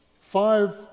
five